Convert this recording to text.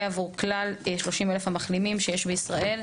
עבור כלל 30 אלף המחלימים שיש בישראל,